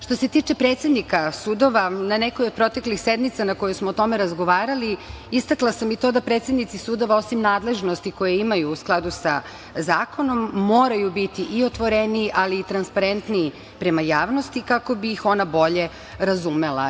Što se tiče predsednika sudova, na nekoj od proteklih sednica na kojima smo o tome razgovarali, istakla sam i to da predsednici sudova osim nadležnosti koje imaju u skladu sa zakonom, moraju biti i otvoreniji, ali i transparentniji prema javnosti, kako bi ih ona bolje razumela.